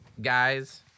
guys